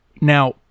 Now